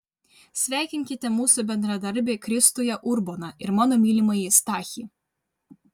sveikinkite mūsų bendradarbį kristuje urboną ir mano mylimąjį stachį